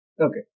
Okay